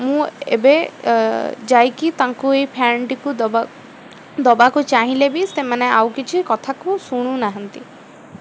ଏବଂ ମୁଁ ଏବେ ଯାଇକି ତାଙ୍କୁ ଏଇ ଫ୍ୟାନ୍ଟିକୁ ଦବା ଦେବାକୁ ଚାହିଁଲେ ବି ସେମାନେ ଆଉ କିଛି କଥାକୁ ଶୁଣୁ ନାହାନ୍ତି